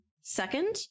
second